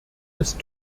ist